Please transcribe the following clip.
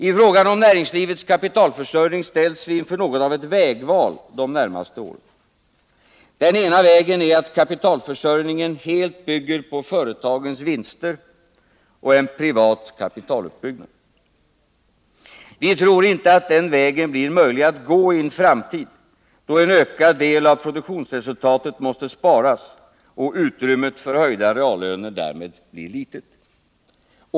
I frågan om näringslivets kapitalförsörjning ställs vi inför något av ett vägval de närmaste åren. Den ena vägen är att kapitalförsörjningen helt bygger på företagens vinster och privat kapitaluppbyggnad. Vi tror inte att den vägen blir möjlig att gå i en framtid då en ökad del av produktionsresultatet måste sparas och utrymmet för höjda reallöner därmed blir litet.